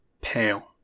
pale